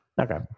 Okay